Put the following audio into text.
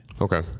Okay